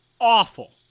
awful